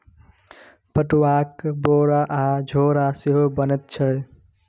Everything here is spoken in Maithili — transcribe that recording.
पटुआक बोरा आ झोरा सेहो बनैत छै